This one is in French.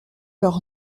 leur